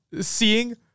seeing